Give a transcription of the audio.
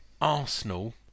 Arsenal